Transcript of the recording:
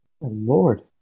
lord